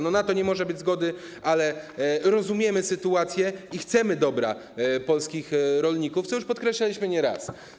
Na to nie może być zgody, ale rozumiemy sytuację i chcemy dobra polskich rolników, co już podkreślaliśmy nieraz.